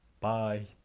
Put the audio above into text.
Bye